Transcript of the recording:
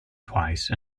twice